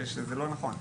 שזה לא נכון,